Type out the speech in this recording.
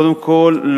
קודם כול,